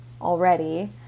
already